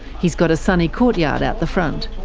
he's got a sunny courtyard out the front.